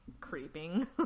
creeping